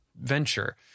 venture